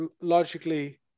logically